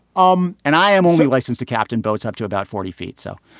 um and i am only licensed to captain boats up to about forty feet, so.